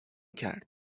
کرد